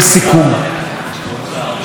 וזה באמת נשמע כמו נאום סיכום.